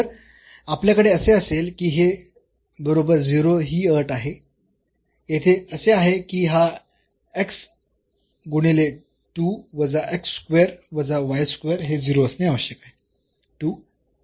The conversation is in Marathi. तर आपल्याकडे असे असेल की हे बरोबर 0 ही अट आहे येथे असे आहे की हा x गुणिले 2 वजा x स्क्वेअर वजा y स्क्वेअर हे 0 असणे आवश्यक आहे